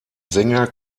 sänger